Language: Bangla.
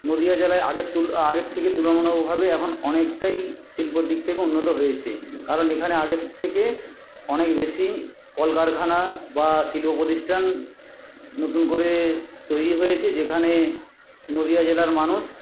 নদীয়া জেলায় আগের তুল আগের থেকে তুলনামূলকভাবে এখন অনেকটাই শিল্পর দিক থেকে উন্নত হয়েছে কারণ এখানে আগের থেকে অনেক বেশি কলকারখানা বা শিল্প প্রতিষ্ঠান নতুন করে তৈরি হয়েছে যেখানে নদীয়া জেলার মানুষ